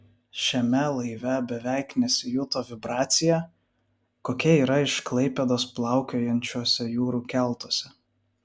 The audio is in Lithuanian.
šiame laive beveik nesijuto vibracija kokia yra iš klaipėdos plaukiojančiuose jūrų keltuose